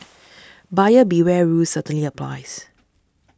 buyer beware rule certainly applies